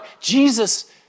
Jesus